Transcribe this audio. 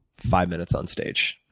five minutes on stage